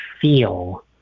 feel